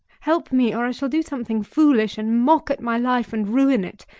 help me, or i shall do something foolish and mock at my life, and ruin it.